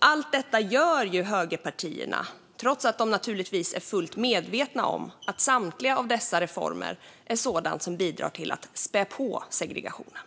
Allt detta gör högerpartierna, trots att de naturligtvis är fullt medvetna om att samtliga dessa reformer är sådant som bidrar till att spä på segregationen.